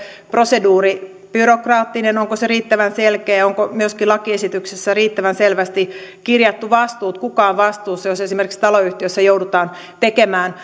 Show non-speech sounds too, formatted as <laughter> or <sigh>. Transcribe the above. proseduuri byrokraattinen onko se riittävän selkeä onko myöskin lakiesityksessä riittävän selvästi kirjattu vastuut kuka on vastuussa jos esimerkiksi taloyhtiössä joudutaan tekemään <unintelligible>